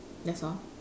that's all